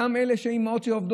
גם אלה של האימהות שעובדות,